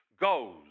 goes